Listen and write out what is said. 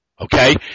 Okay